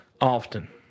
Often